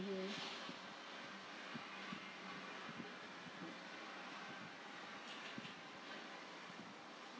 mm